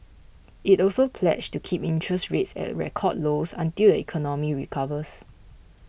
it also pledged to keep interest rates at record lows until the economy recovers